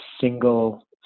single